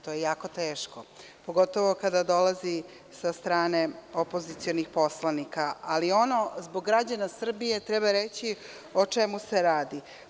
To je jako teško, pogotovo ako dolazi sa strane opozicionih poslanika, ali zbog građana Srbije treba reći o čemu se radi.